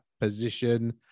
position